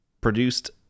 produced